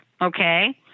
okay